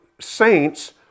saints